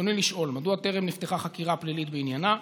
רצוני לשאול: 1. מדוע טרם נפתחה חקירה פלילית בעניינה?